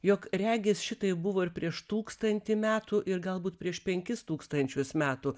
jog regis šitaip buvo ir prieš tūkstantį metų ir galbūt prieš penkis tūkstančius metų